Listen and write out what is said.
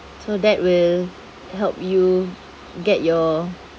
so that will help you get your